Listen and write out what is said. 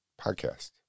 podcast